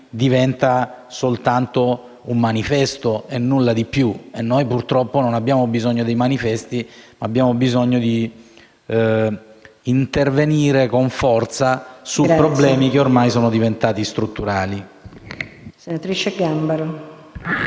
diventa soltanto un manifesto e nulla di più. E noi, purtroppo, non abbiamo bisogno di manifesti, ma di intervenire con forza su problemi che ormai sono diventati strutturali.